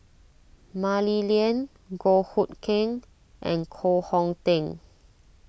Mah Li Lian Goh Hood Keng and Koh Hong Teng